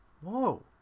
whoa